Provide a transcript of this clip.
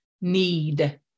need